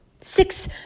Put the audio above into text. six